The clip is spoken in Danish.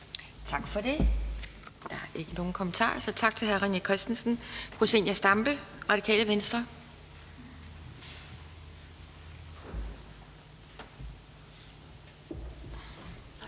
Tak for det. Der er ikke nogen kommentarer, så tak til hr. René Christensen. Fru Zenia Stampe, Radikale Venstre. Kl.